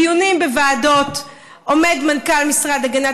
בדיונים בוועדות עומד מנכ"ל המשרד להגנת